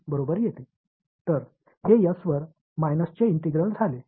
எனவே இது மீது மைனஸ் ஒருங்கிணைந்தாக மாறியது